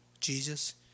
Jesus